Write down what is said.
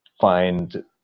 find